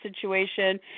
situation